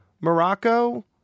Morocco